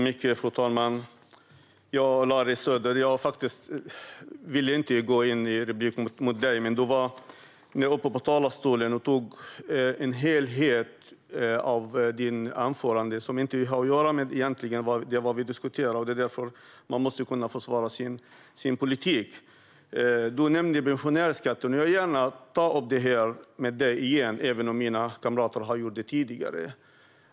Fru talman! Larry Söder! Jag tänkte inte ta replik på dig, men när du var uppe i talarstolen tog du i ditt anförande upp saker som egentligen inte har att göra med vad vi diskuterar. Vi måste få försvara vår politik. Du nämnde pensionärsskatten. Jag vill gärna ta upp det här med dig igen, även om mina kamrater har gjort det tidigare.